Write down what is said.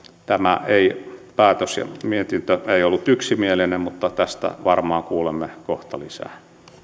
tämä päätös ja mietintö ei ollut yksimielinen mutta tästä varmaan kuulemme kohta lisää